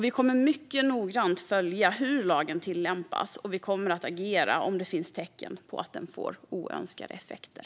Vi kommer mycket noggrant att följa hur lagen tillämpas, och vi kommer att agera om det finns tecken på att den får oönskade effekter.